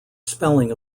spelling